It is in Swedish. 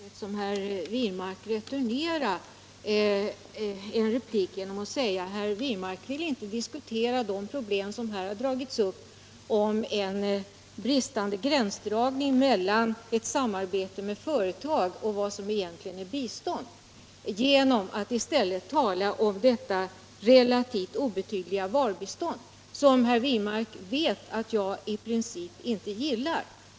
Herr talman! Jag skulle kunna på samma sätt som herr Wirmark returnera repliken genom att säga: Herr Wirmark undviker att diskutera de problem som här har tagits upp, om en bristande gränsdragning mellan ett samarbete med företag och bistånd i egentlig mening, genom att i stället tala om varubiståndet, som herr Wirmark vet att jag i princip inte gillar.